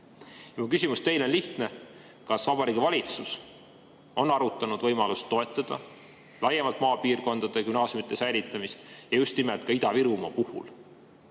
küsimus teile on lihtne. Kas Vabariigi Valitsus on arutanud võimalust toetada laiemalt maapiirkondade gümnaasiumide säilitamist ja just nimelt Ida-Virumaa